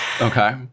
Okay